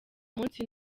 munsi